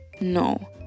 No